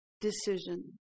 decision